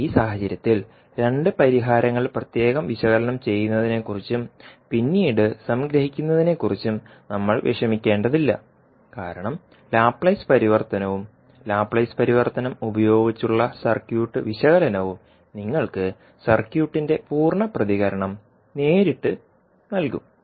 ഈ സാഹചര്യത്തിൽ രണ്ട് പരിഹാരങ്ങൾ പ്രത്യേകം വിശകലനം ചെയ്യുന്നതിനെക്കുറിച്ചും പിന്നീട് സംഗ്രഹിക്കുന്നതിനെക്കുറിച്ചും നമ്മൾ വിഷമിക്കേണ്ടതില്ല കാരണം ലാപ്ലേസ് പരിവർത്തനവും ലാപ്ലേസ് പരിവർത്തനം ഉപയോഗിച്ചുള്ള സർക്യൂട്ട് വിശകലനവും നിങ്ങൾക്ക് സർക്യൂട്ടിന്റെ പൂർണ്ണ പ്രതികരണം നേരിട്ട് നൽകും